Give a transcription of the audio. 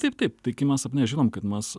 taip taip tai kai mes sapne žinom kad mes